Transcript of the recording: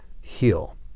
heal